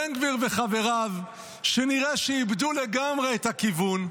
בן גביר וחבריו, שנראה שאיבדו לגמרי את הכיוון,